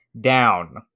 down